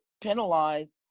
penalized